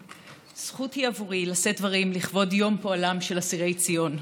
זכות היא עבורי לשאת דברים לכבוד יום פועלם של אסירי ציון.